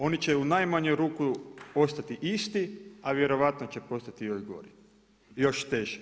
Oni će u najmanju ruku ostati isti, a vjerojatno će postati još gori, još teži.